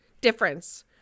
difference